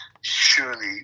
surely